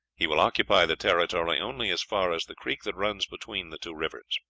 he will occupy the territory only as far as the creek that runs between the two rivers.